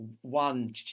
one